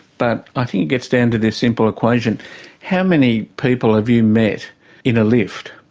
but i think it gets down to this simple equation how many people have you met in a lift?